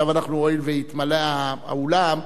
הואיל והתמלא האולם,